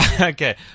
Okay